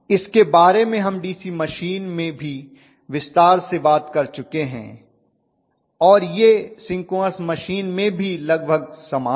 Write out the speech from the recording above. इसके बारे में हम डीसी मशीन में भी विस्तार से बात कर चुके हैं और यह सिंक्रोनस मशीन में भी लगभग समान है